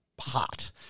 hot